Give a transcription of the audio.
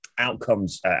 outcomes